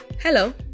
Hello